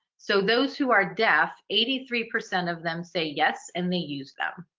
so those who are deaf, eighty three percent of them say yes and they use them,